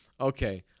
Okay